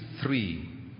three